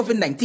COVID-19